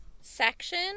section